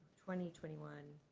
twenty twenty one